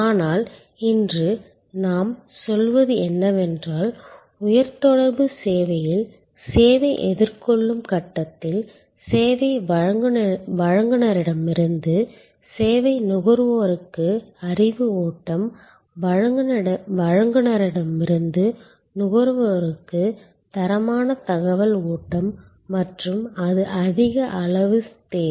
ஆனால் இன்று நாம் சொல்வது என்னவென்றால் உயர் தொடர்பு சேவையில் சேவை எதிர்கொள்ளும் கட்டத்தில் சேவை வழங்குநரிடமிருந்து சேவை நுகர்வோருக்கு அறிவு ஓட்டம் வழங்குநரிடமிருந்து நுகர்வோருக்கு தரமான தகவல் ஓட்டம் மற்றும் அது அதிக அளவு தேவை